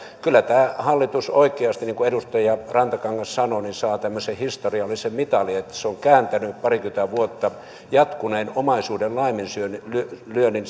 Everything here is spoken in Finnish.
kyllä tämä hallitus oikeasti niin kuin edustaja rantakangas sanoi saa tämmöisen historiallisen mitalin että se on kääntänyt parikymmentä vuotta jatkuneen omaisuuden laiminlyönnin